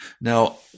Now